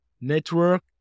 Network